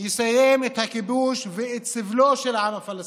שיסיים את הכיבוש ואת סבלו של העם הפלסטיני,